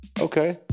Okay